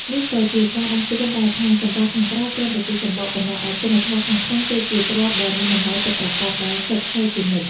នេះក៏ជាការដាស់តឿនដែរថា សម្រស់ខាងក្រៅគ្រាន់តែជាសំបកប៉ុណ្ណោះ ឯគុណធម៌ខាងក្នុងទើបជាទ្រព្យដ៏មានតម្លៃពិតប្រាកដ ដែលស្ថិតស្ថេរជានិច្ច។